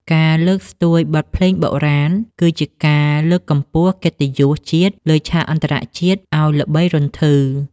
ការលើកស្ទួយបទភ្លេងបុរាណ គឺជាការលើកកម្ពស់កិត្តិយសជាតិលើឆាកអន្តរជាតិឱ្យល្បីរន្ធឺ។